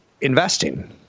investing